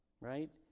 right